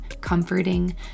comforting